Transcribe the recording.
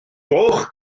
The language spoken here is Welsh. dowch